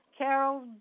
Carol